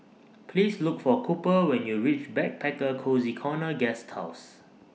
Please Look For Cooper when YOU REACH Backpacker Cozy Corner Guesthouse